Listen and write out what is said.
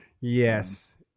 Yes